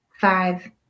five